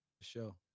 show